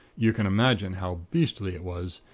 you can imagine how beastly it was.